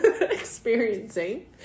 experiencing